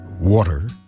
water